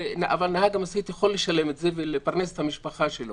אבל נהג המשאית יכול לשלם את זה ולפרנס את המשפחה שלו.